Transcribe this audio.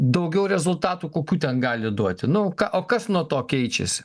daugiau rezultatų kokių ten gali duoti nu ką o kas nuo to keičiasi